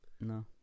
No